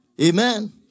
Amen